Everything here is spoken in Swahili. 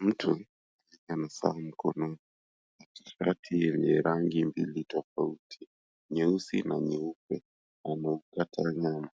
Mtu mwenye saa mkononi na shati yenye rangi mbili tofauti nyeusi na nyeupe anakata nyama.